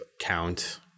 count